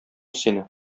сине